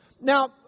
Now